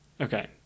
Okay